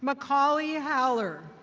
mcaulie haller.